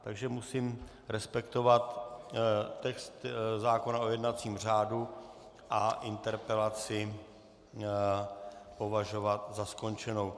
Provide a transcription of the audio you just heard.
Takže musím respektovat text zákona o jednacím řádu a interpelaci považovat za skončenou.